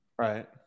Right